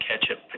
ketchup